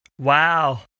Wow